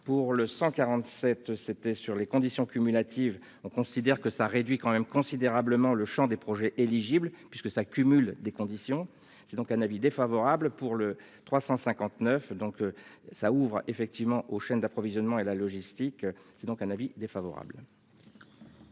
pour le 147 c'était sur les conditions cumulatives on considère que ça réduit quand même considérablement le Champ des projets éligibles puisque s'. Des conditions. C'est donc un avis défavorable pour le 359 donc ça ouvre effectivement aux chaînes d'approvisionnement et la logistique. C'est donc un avis défavorable.